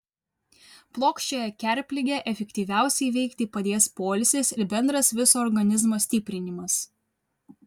plokščiąją kerpligę efektyviausiai įveikti padės poilsis ir bendras viso organizmo stiprinimas